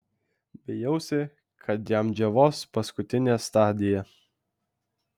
bijausi kad jam džiovos paskutinė stadija